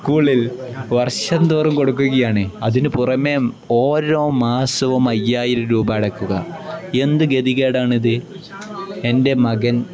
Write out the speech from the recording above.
സ്കൂളിൽ വർഷംതോറും കൊടുക്കുകയാണ് അതിന് പുറമേ ഓരോ മാസവും അയ്യായിരം രൂപ അടയ്ക്കുക എന്ത് ഗതികേടാണ് ഇത് എൻ്റെ മകൻ